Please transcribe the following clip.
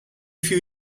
few